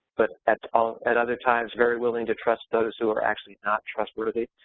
but at ah at other times very willing to trust those who are actually not trustworthy.